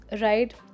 right